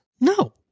No